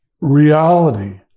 reality